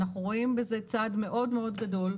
אנחנו רואים בזה צעד מאוד מאוד גדול.